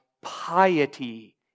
piety